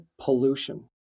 pollution